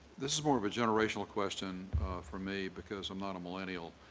this is more of a generational question for me because i'm not a millennial,